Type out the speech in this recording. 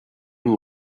will